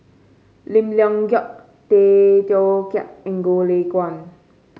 Lim Leong Geok Tay Teow Kiat and Goh Lay Kuan